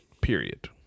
Period